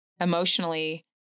emotionally